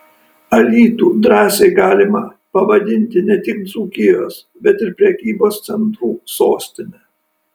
alytų drąsiai galima pavadinti ne tik dzūkijos bet ir prekybos centrų sostine